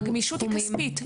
הגמישות היא כספית.